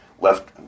left